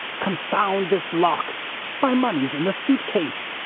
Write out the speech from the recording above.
confound this lock my money's in the suit case.